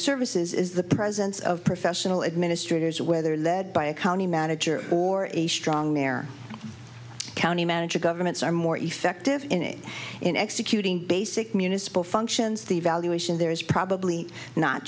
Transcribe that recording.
services is the presence of professional administrators whether led by a county manager or a stronger county manager governments are more effective in executing basic municipal functions the evaluation there is probably not